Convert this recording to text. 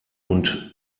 und